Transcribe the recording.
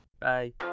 Bye